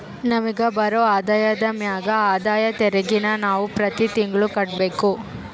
ನಮಿಗ್ ಬರೋ ಆದಾಯದ ಮ್ಯಾಗ ಆದಾಯ ತೆರಿಗೆನ ನಾವು ಪ್ರತಿ ತಿಂಗ್ಳು ಕಟ್ಬಕು